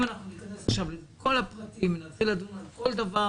אם ניכנס עכשיו לכל הפרטים ונתחיל לדון על כל דבר